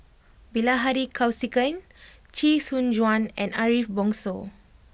Bilahari Kausikan Chee Soon Juan and Ariff Bongso